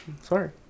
sorry